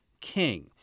king